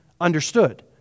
understood